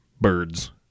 birds